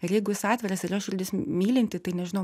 ir jeigu jis atviras ir jo širdis mylinti tai nežinau